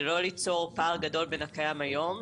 זה לא ליצור פער גדול בין הקיים היום,